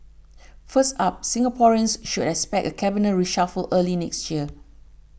first up Singaporeans should expect a cabinet reshuffle early next year